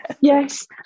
yes